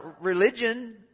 religion